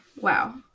Wow